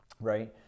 right